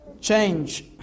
Change